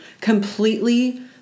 completely